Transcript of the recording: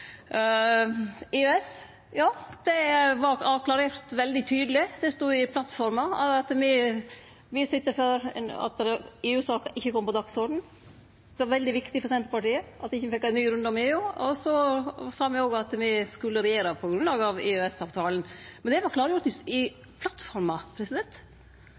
EØS: Det var klarert veldig tydeleg – det stod i plattforma at me ville syte for at EU-saka ikkje kom på dagsordenen. Det var veldig viktig for Senterpartiet at me ikkje fekk ein ny runde med EU. Me sa òg at me skulle regjere på grunnlag av EØS-avtalen, men det var klargjort